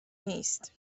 نیست